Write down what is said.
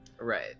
right